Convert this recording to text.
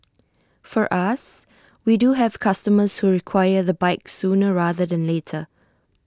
for us we do have customers who require the bike sooner rather than later